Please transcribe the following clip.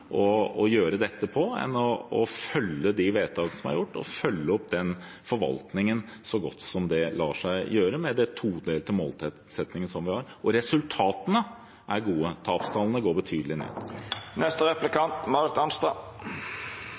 å gjøre dette på enn å følge de vedtakene som er gjort, og følge opp forvaltningen så godt som det lar seg gjøre, med den todelte målsettingen vi har. Resultatene er gode; tapstallene går betydelig ned.